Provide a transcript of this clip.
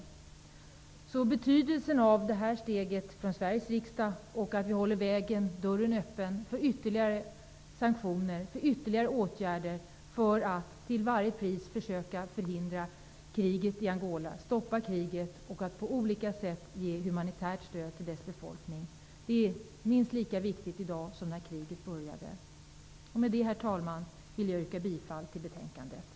Det är därför ett betydelsefullt steg av Sveriges riksdag, att vi håller dörren öppen för ytterligare åtgärder för att till varje pris försöka stoppa kriget i Angola och på olika sätt ger humanitärt stöd till dess befolkning. Det är minst lika viktigt i dag som när kriget började. Därmed, herr talman, yrkar jag bifall till utskottets hemställan.